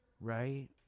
Right